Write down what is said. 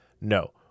No